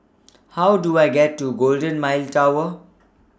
How Do I get to Golden Mile Tower